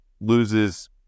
loses